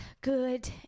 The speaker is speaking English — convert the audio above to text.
good